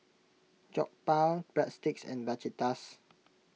Jokbal Breadsticks and Fajitas